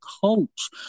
coach